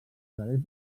través